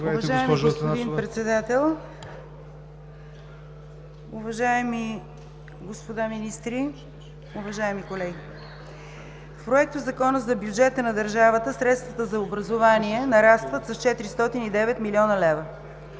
Уважаеми господин Председател, уважаеми господа министри, уважаеми колеги! В Проектозакона за бюджета на държавата средствата за образование нарастват с 409 млн. лв.